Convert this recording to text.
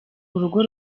urugo